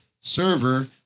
server